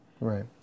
right